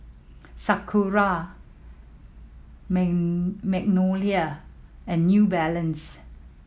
Sakura Magnolia and New Balance